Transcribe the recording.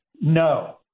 No